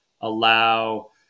allow